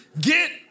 Get